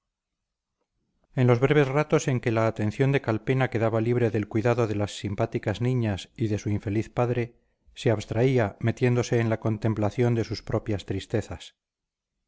en los breves ratos en que la atención de calpena quedaba libre del cuidado de las simpáticas niñas y de su infeliz padre se abstraía metiéndose en la contemplación de sus propias tristezas